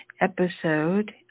episode